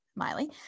miley